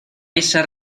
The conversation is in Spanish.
esas